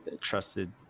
trusted